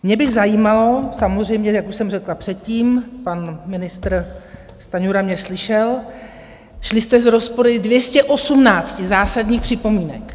Mě by zajímalo, samozřejmě jak už jsem řekla předtím, pan ministr Stanjura mě slyšel, šli jste s rozpory 218 zásadních připomínek.